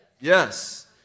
Yes